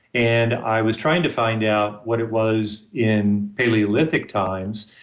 and i was trying to find out what it was in paleolithic times.